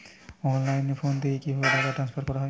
অনলাইনে ফোন থেকে কিভাবে টাকা ট্রান্সফার করা হয়?